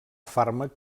fàrmac